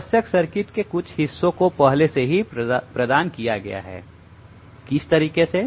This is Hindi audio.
आवश्यक सर्किट के कुछ हिस्सों को पहले से ही प्रदान किया गया है किस तरीके से